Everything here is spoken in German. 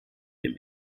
dem